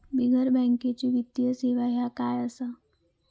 बिगर बँकेची वित्तीय सेवा ह्या काय असा?